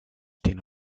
tiene